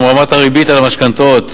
גם רמת הריבית על המשכנתאות,